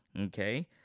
okay